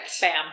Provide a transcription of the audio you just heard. Bam